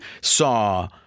saw